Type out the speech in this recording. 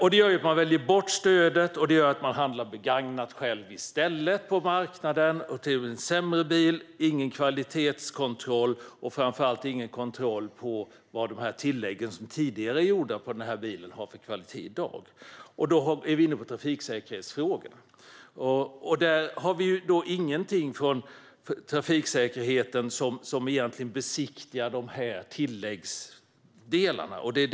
Detta gör att man väljer bort stödet och att man i stället själv handlar begagnat på marknaden. Det blir en sämre bil, ingen kvalitetskontroll och framför allt ingen kontroll av vad de tillägg som tidigare gjorts på bilen har för kvalitet i dag. Då är vi inne på trafiksäkerhetsfrågan, och där har vi egentligen ingenting som gör att tilläggsdelarna besiktigas.